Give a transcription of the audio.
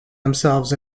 themselves